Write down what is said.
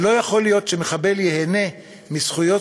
ולא יכול להיות שמחבל ייהנה מזכויות